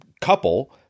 couple